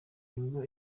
nibwo